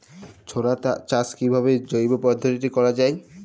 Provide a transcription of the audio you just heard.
ছোলা চাষ কিভাবে জৈব পদ্ধতিতে করা যায়?